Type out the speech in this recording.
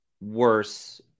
worse